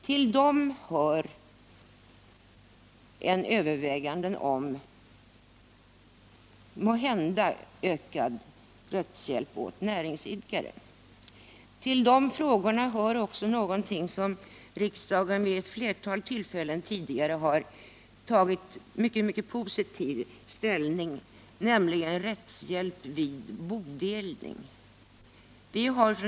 Frågan om allmän rättshjälp åt näringsidkare hör till de spörsmål som bör tas upp till förnyade överväganden. Dit hör också en fråga som riksdagen vid ett flertal tillfällen tidigare har tagit mycket positiv ställning till, nämligen frågan om rättshjälp vid bodelning.